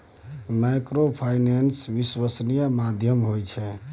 Microfinance विश्वासनीय माध्यम होय छै?